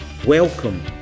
Welcome